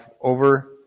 over